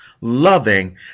loving